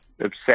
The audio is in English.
obsessed